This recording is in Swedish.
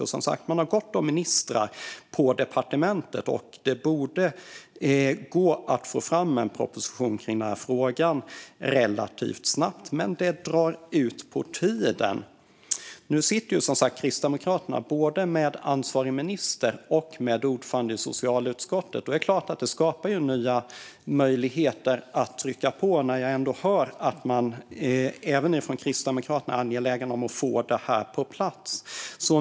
Och man har, som sagt, gott om ministrar på departementet, och det borde gå att få fram en proposition i denna fråga relativt snabbt. Men det drar ut på tiden. Nu sitter Kristdemokraterna både med ansvarig minister och med ordförande i socialutskottet, och det är klart att det skapar nya möjligheter att trycka på. Och jag hör ändå att man även från Kristdemokraterna är angelägna om att få detta på plats.